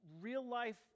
real-life